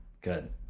Good